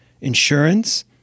insurance